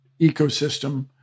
ecosystem